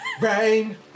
Rain